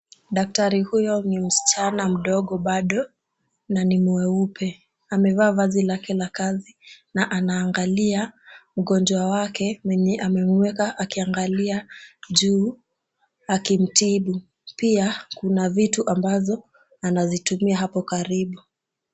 Daktari, huyo ni msichana mdogo bado, na ni mweupe. Amevaa vazi lake la kazi, na anaangalia ugonjwa wake mwenye amemuweka akiangalia juu akimtibu. Pia, kuna vitu ambavo anazitumia hapo karibu.